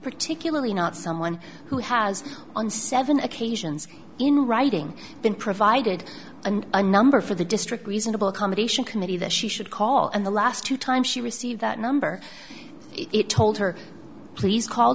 particularly not someone who has an seven occasions in writing been provided and a number for the district reasonable accommodation committee that she should call and the last two times she received that number it told her please call